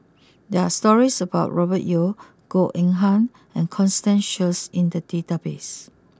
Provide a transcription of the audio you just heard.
there are stories about Robert Yeo Goh Eng Han and Constance Sheares in the databases